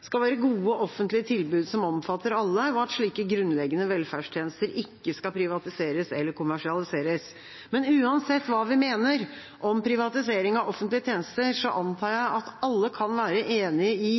skal være gode offentlige tilbud som omfatter alle, og at slike grunnleggende velferdstjenester ikke skal privatiseres eller kommersialiseres. Men uansett hva vi mener om privatisering av offentlige tjenester, antar jeg at alle kan være enig i